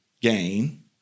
gain